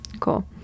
Cool